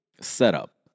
setup